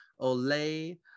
Olay